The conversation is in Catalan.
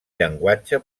llenguatge